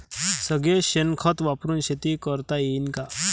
सगळं शेन खत वापरुन शेती करता येईन का?